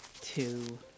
Two